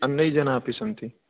अन्ये जनाः अपि सन्ति